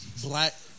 Black